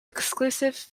exclusive